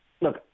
look